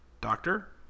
Doctor